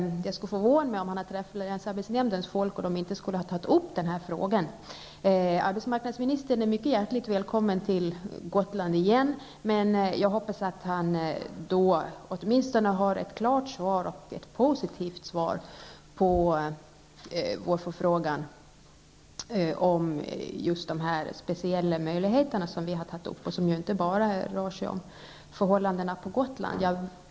Det skulle förvåna mig om han har träffat länsarbetsnämndens folk och dessa inte har tagit upp den här frågan. Arbetsmarknadsministern är mycket hjärtligt välkommen till Gotland igen, men jag hoppas att han då åtminstone har ett klart och positivt svar på vår förfrågan om just de speciella möjligheter vi har tagit upp, vilka ju inte bara berör förhållandena på Gotland.